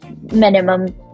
minimum